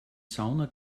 sauna